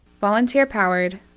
Volunteer-powered